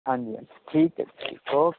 ਹਾਂਜੀ ਹਾਂਜੀ ਠੀਕ ਐ ਜੀ ਓਕੇ